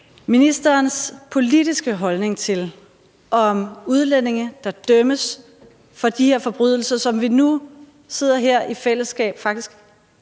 ministerens politiske holdning til udlændinge, der dømmes for de her forbrydelser, som vi nu sidder her i fællesskab, faktisk